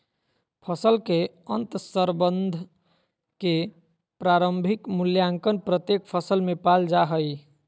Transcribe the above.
फसल के अंतर्संबंध के प्रारंभिक मूल्यांकन प्रत्येक फसल में पाल जा हइ